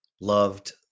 Loved